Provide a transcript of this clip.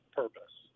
purpose